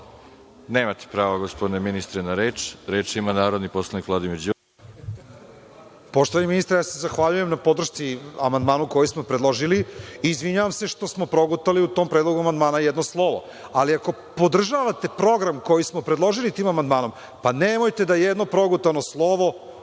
Nemate prava, gospodine ministre, na reč. Reč ima narodni poslanik Vladimir Đurić. **Vladimir Đurić** Poštovani ministre, ja se zahvaljujem na podršci amandmanu koji smo predložili i izvinjavam se što smo progutali u tom predlogu amandmana jedno slovo. Ali, ako podržavate program koji smo predložili tim amandmanom, nemojte da jedno progutano slovo